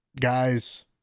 guys